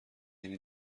یعنی